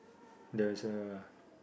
there's a